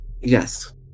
Yes